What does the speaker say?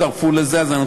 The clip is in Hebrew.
ומשואה.